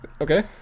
Okay